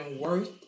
worth